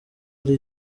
ari